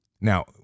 Now